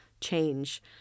change